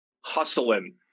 hustling